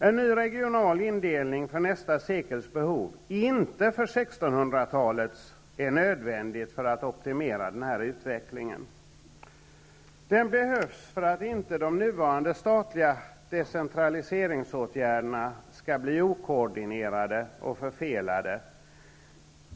En ny regional indelning för nästa sekels behov, inte för 1600-talets, är nödvändig för att optimera den här utvecklingen. Den behövs för att inte de nuvarande statliga decentraliseringsåtgärderna skall bli okoordinerade och förfelade.